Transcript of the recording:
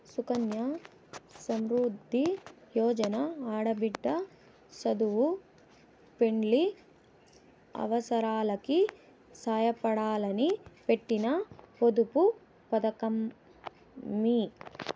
సుకన్య సమృద్ది యోజన ఆడబిడ్డ సదువు, పెండ్లి అవసారాలకి సాయపడాలని పెట్టిన పొదుపు పతకమమ్మీ